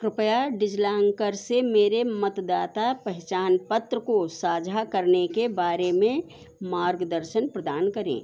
क्रुपया डिज़िलॉकर से मेरे मतदाता पहचान पत्र को साझा करने के बारे में मार्गदर्शन प्रदान करें